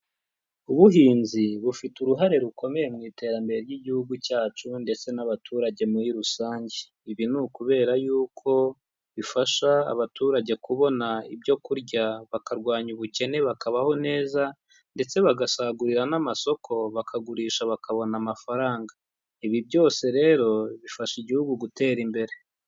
Ubuhinzi, bufite uruhare rukomeye mu iterambere ry'Igihugu cyacu ndetse n'abaturage muri rusange. Ibi ni ukubera yuko, bifasha abaturage kubona ibyo kurya, bakarwanya ubukene bakabaho neza, ndetse bagasagurira n'amasoko bakagurisha bakabona amafaranga. Ibi byose rero, bifasha Igihugu gutera imbere.